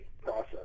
process